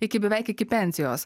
iki beveik iki pensijos